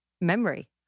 memory